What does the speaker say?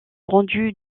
rendu